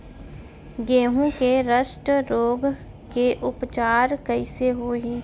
गेहूँ के रस्ट रोग के उपचार कइसे होही?